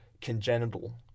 congenital